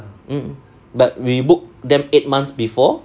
mm but we book them eight months before